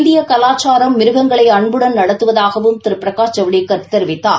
இந்திய கலாச்சாரம் மிருகங்களை அன்புடன் நடத்துவதாகவும் திரு பிரகாஷ் ஜவடேக்கர் தெரிவித்தார்